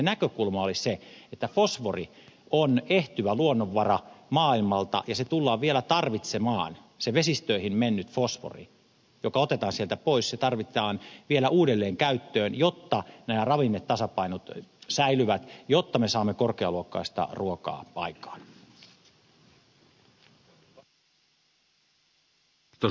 näkökulma oli se että fosfori on ehtyvä luonnonvara maailmalta ja se tullaan vielä tarvitsemaan se vesistöihin mennyt fosfori joka otetaan sieltä pois se tarvitaan vielä uudelleen käyttöön jotta nämä ravinnetasapainot säilyvät jotta me saamme korkealuokkaista ruokaa aikaan